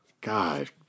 God